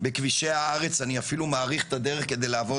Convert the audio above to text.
נוסע בכבישי הארץ אני אפילו מאריך את הדרך כדי לעבור